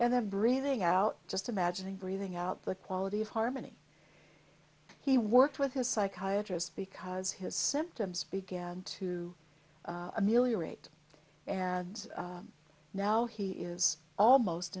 and then breathing out just imagining breathing out the quality of harmony he worked with his psychiatrist because his symptoms began to ameliorate and now he is almost